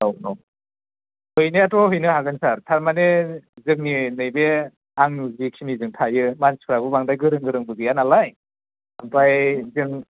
औ औ हैनायाथ' हैनो हागोन सार थारमाने जोंनि नैबे आङो जिखिनि थायो मानसिफ्राबो बांद्राय गोरों गोरोंबो गैयानालाय ओमफ्राय जों